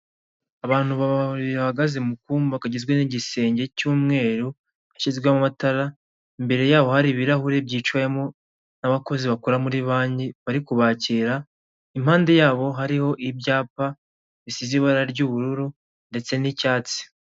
Abantu ba biri bahagaze mu kumba kagizwe n'igisenge cy'umweru hashyizwemo amatara imbere yaho hari ibirahuri byicayewemo n'abakozi bakora muri banki bari kubakira impande yabo hariho ibyapa bisize ibara ry'ubururu ndetse n'icyatsi.